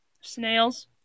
Snails